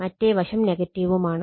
മറ്റേ വശം നെഗറ്റീവുമാണ്